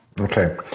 okay